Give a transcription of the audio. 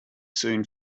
soon